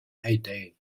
heyday